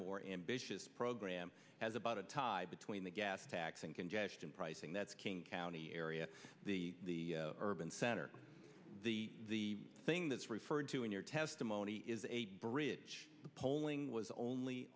more ambitious program as about a tie between the gas tax and congestion pricing that's king county area the urban center the the thing that's referred to in your testimony is a polling was only